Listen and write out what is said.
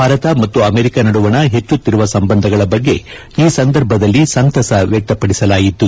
ಭಾರತ ಮತ್ತು ಅಮೆರಿಕ ನಡುವಣ ಹೆಚ್ಚುತ್ತಿರುವ ಸಂಬಂಧಗಳ ಬಗ್ಗೆ ಈ ಸಂದರ್ಭದಲ್ಲಿ ಸಂತಸ ವ್ಯಕ್ತಪದಿಸಲಾಯಿತು